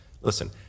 Listen